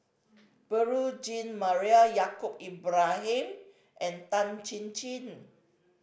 Beurel Jean Marie Yaacob Ibrahim and Tan Chin Chin